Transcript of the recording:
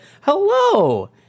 hello